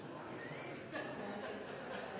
den ene